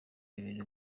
bibiri